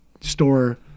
store